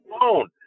phone